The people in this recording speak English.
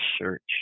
search